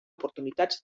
oportunitats